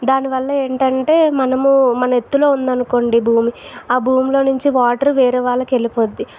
దానివల్ల ఏంటంటే మనము మన ఎత్తులో ఉందని అనుకోండి భూమి ఆ భూమిలో నుంచి వాటర్ వేరే వాళ్ళకు వెల్లిపోతుంది